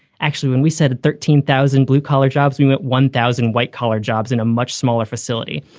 actually, when we said thirteen thousand blue collar jobs mean that one thousand white collar jobs in a much smaller facility.